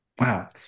wow